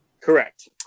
Correct